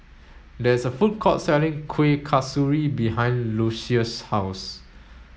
there is a food court selling Kuih Kasturi behind Lucious' house